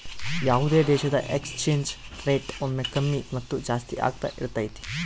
ಯಾವುದೇ ದೇಶದ exchange rate ಒಮ್ಮೆ ಕಮ್ಮಿ ಮತ್ತು ಜಾಸ್ತಿ ಆಗ್ತಾ ಇರತೈತಿ